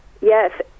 Yes